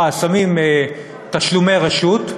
שמים תשלומי רשות,